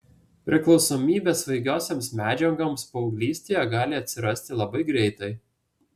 priklausomybė svaigiosioms medžiagoms paauglystėje gali atsirasti labai greitai